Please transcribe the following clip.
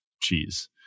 cheese